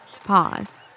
pause